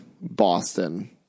Boston